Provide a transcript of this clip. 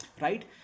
Right